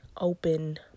open